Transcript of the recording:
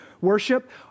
worship